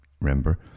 remember